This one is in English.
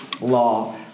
law